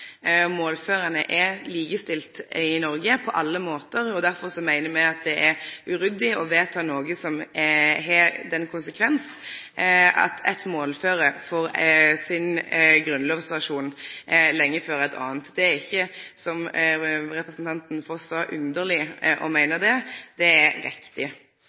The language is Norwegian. Målføra er likestilte i Noreg på alle måtar, og derfor meiner me at det er uryddig å vedta noko som har den konsekvensen at eit målføre får sin grunnlovsversjon lenge før eit anna. Det er ikkje, som representanten Foss sa, underleg å meine det. Det er riktig.